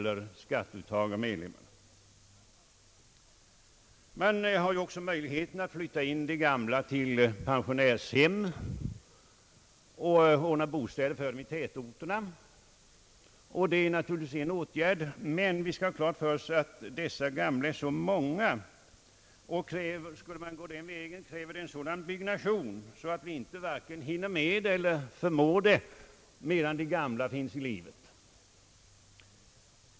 En möjlighet är även att låta de gamla flytta till pensionärshem eller ordna bostäder för dem i tätorterna. Det är naturligtvis en möjlig åtgärd, men vi skall ha klart för oss att dessa gamla är så många, att en sådan lösning kräver en så stor byggnation att vi inte hinner med att åtstadkomma den, medan de gamla finns i livet.